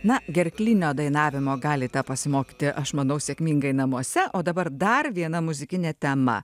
na gerklinio dainavimo galite pasimokyti aš manau sėkmingai namuose o dabar dar viena muzikinė tema